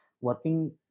working